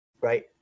right